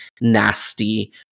nasty